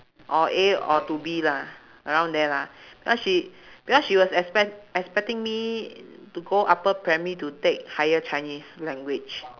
or A or to B lah around there lah because she because she was expect~ expecting me to go upper primary to take higher chinese language